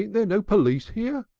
ain't there no police here?